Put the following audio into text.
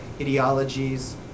ideologies